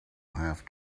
have